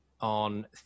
on